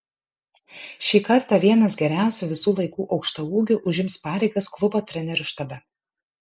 šį kartą vienas geriausių visų laikų aukštaūgių užims pareigas klubo trenerių štabe